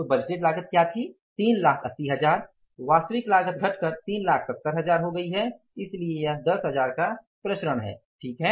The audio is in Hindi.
तो बजटेड लागत क्या थी ३ लाख ८० हजार वास्तविक लागत घटकर ३ लाख ७० हजार हो गई है इसलिए यह १० हजार का प्रसरण है ठीक है